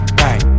bang